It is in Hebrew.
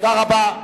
תודה רבה.